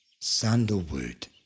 Sandalwood